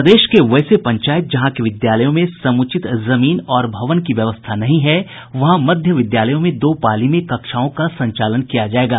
प्रदेश के वैसे पंचायत जहां के विद्यालयों में समुचित जमीन और भवन की व्यवस्था नहीं है वहां मध्य विद्यालयों में दो पाली में कक्षाओं का संचालन किया जायेगा